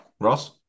Ross